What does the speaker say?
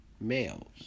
males